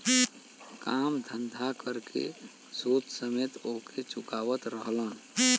काम धंधा कर के सूद समेत ओके चुकावत रहलन